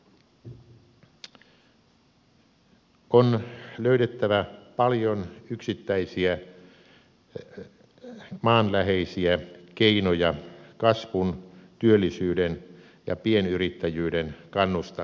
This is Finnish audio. on löydettävä paljon yksittäisiä maanläheisiä keinoja kasvun työllisyyden ja pienyrittäjyyden kannustamiseksi